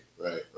right